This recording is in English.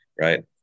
right